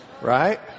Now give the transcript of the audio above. Right